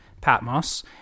Patmos